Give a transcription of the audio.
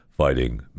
fighting